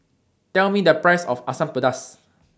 Tell Me The Price of Asam Pedas